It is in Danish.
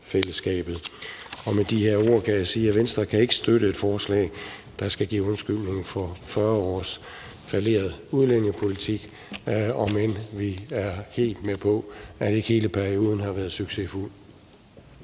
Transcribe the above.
Med de her ord kan jeg sige, at Venstre ikke kan støtte et forslag, der skal give en undskyldning for 40 års falleret udlændingepolitik, om end vi er helt med på, at ikke hele perioden har været succesfuld.